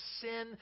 sin